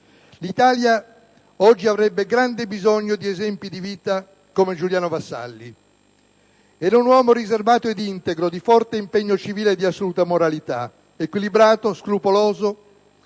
L'Italia d'oggi avrebbe grande bisogno di esempi di vita come Giuliano Vassalli. Era un uomo riservato ed integro, di forte impegno civile e di assoluta moralità. Equilibrato, scrupoloso,